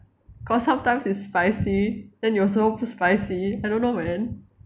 cause sometimes it's spicy then 有时候不 spicy I don't know man